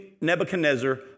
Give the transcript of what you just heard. Nebuchadnezzar